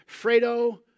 Fredo